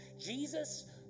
Jesus